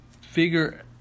figure